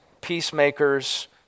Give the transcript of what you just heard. peacemakers